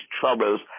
troubles